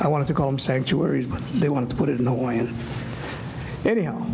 i wanted to call him sanctuaries because they want to put it in oil anyhow